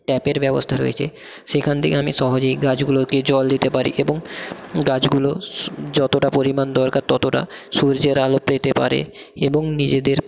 ট্যাপের ব্যবস্থা রয়েছে সেখান থেকে আমি সহজেই গাছগুলোকে জল দিতে পারি এবং গাছগুলো সু যতটা পরিমাণ দরকার ততটা সূর্যের আলো পেতে পারে এবং নিজেদের